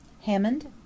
Hammond